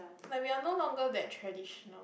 like we are no longer that traditional